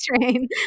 train